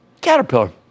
Caterpillar